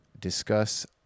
discuss